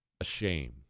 ashamed